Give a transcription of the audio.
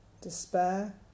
despair